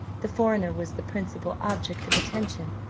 the foreigner was the principal object of attention,